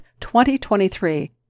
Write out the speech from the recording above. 2023